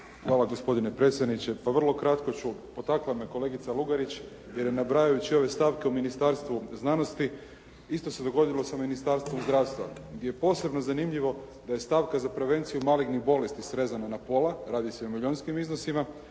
Hvala gospodine predsjedniče. Pa vrlo kratko ću, potakla me kolegica Lugarić jer je nabrajajući ove stavke u Ministarstvu znanosti, isto se dogodilo sa Ministarstvom zdravstva gdje je posebno zanimljivo da je stavka za prevenciju malignih bolesti srezana na pola, radi se o milijonskim iznosima,